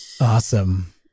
Awesome